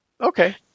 Okay